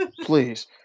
Please